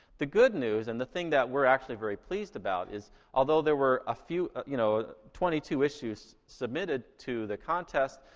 the good news, and the thing that we're actually very pleased about, is although there were a few, you know, twenty two issues submitted to the contest,